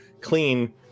clean